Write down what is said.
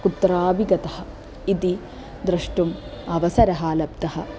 कुत्रापि गतः इति द्रष्टुम् अवसरः लब्धः